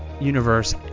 universe